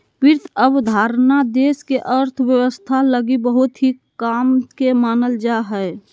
वित्त अवधारणा देश के अर्थव्यवस्था लगी बहुत ही काम के मानल जा हय